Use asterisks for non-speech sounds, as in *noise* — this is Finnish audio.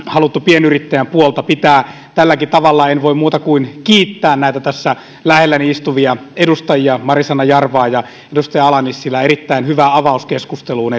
*unintelligible* haluttu pienyrittäjän puolta pitää tälläkin tavalla en voi muuta kuin kiittää näitä tässä lähelläni istuvia edustajia marisanna jarvaa ja edustaja ala nissilää erittäin hyvästä avauskeskustelusta *unintelligible*